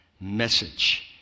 message